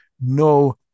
no